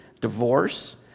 divorce